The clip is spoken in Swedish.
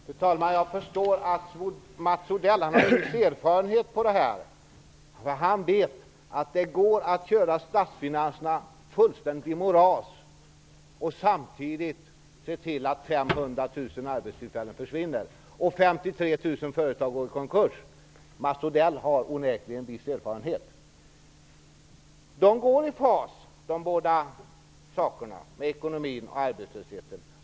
Fru talman! Jag förstår att Mats Odell har erfarenhet av det här. Han vet att det går att köra statsfinanserna fullständigt i moras och samtidigt se till att 500 000 arbetstillfällen försvinner och 53 000 företag går i konkurs. Mats Odell har onekligen viss erfarenhet. De båda sakerna, ekonomin och arbetslösheten, går i fas.